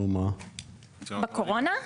בזמן הקורונה?